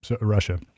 Russia